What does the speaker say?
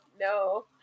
No